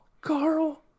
Carl